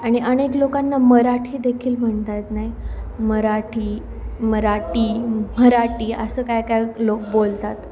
आणि अनेक लोकांना मराठीदेखील म्हणता येत नाही मराठी मराठी म्हराठी असं काय काय लोक बोलतात